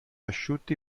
asciutti